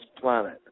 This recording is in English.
planet